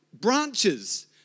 branches